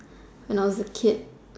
when I was a kid